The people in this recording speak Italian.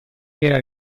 era